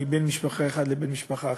בן משפחה אחד לבן משפחה אחר.